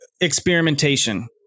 experimentation